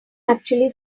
actually